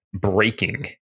breaking